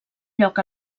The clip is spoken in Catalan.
lloc